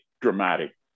dramatic